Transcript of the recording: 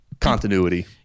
continuity